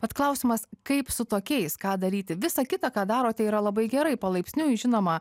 vat klausimas kaip su tokiais ką daryti visa kita ką darote yra labai gerai palaipsniui žinoma